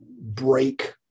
break